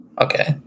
Okay